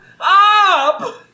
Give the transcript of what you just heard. up